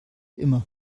immer